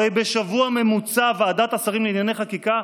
הרי בשבוע ממוצע ועדת השרים לענייני חקיקה,